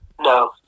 No